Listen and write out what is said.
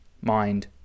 mind